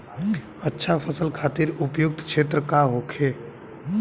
अच्छा फसल खातिर उपयुक्त क्षेत्र का होखे?